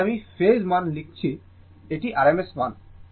যখনই আমি ফেজ মান লিখি এটি rms মান